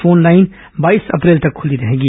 phone line बाईस April तक खुली रहेंगी